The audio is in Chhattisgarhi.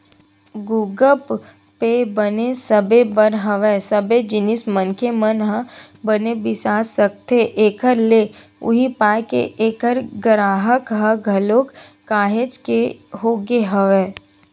गुगप पे बने सबे बर हवय सबे जिनिस मनखे मन ह बने बिसा सकथे एखर ले उहीं पाय के ऐखर गराहक ह घलोक काहेच के होगे हवय